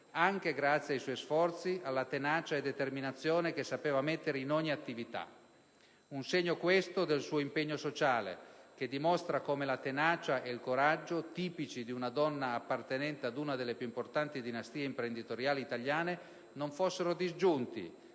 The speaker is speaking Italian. anche grazie ai suoi sforzi, alla tenacia e determinazione che sapeva mettere in ogni attività. Un segno questo del suo impegno sociale che dimostra come la tenacia e il coraggio, tipici di una donna appartenente ad una delle più importanti dinastie imprenditoriali italiane, non fossero disgiunti,